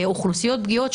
אוכלוסיות פגיעות.